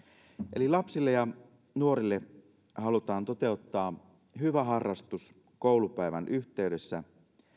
eli lapsille ja nuorille halutaan toteuttaa hyvä harrastus koulupäivän yhteydessä